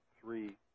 three